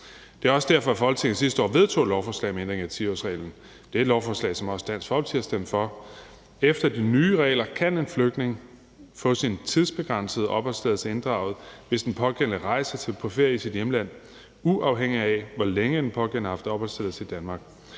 Det er også derfor, Folketinget sidste år vedtog et lovforslag om ændring af 10-årsreglen, et lovforslag, som også Dansk Folkeparti stemte for. Efter de nye regler kan en flygtning få sin tidsbegrænsede opholdstilladelse inddraget, hvis den pågældende rejser på ferie i sit hjemland, uafhængig af hvor længe den pågældende har haft opholdstilladelse i Danmark.